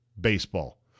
baseball